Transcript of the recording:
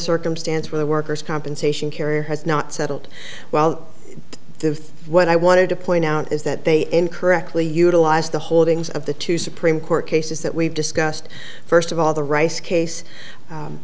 circumstance where the worker's compensation carrier has not settled well the what i wanted to point out is that they in correctly utilize the holdings of the two supreme court cases that we've discussed first of all the rice case